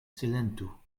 silentu